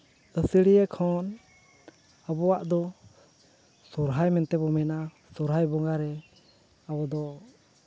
ᱟᱹᱥᱟᱹᱲᱤᱭᱟᱹ ᱠᱷᱚᱱ ᱟᱵᱚᱣᱟᱜ ᱫᱚ ᱥᱚᱨᱦᱟᱭ ᱢᱮᱱᱛᱮ ᱵᱚ ᱢᱮᱱᱟ ᱥᱚᱨᱦᱟᱭ ᱵᱚᱸᱜᱟ ᱨᱮ ᱟᱵᱚ ᱫᱚ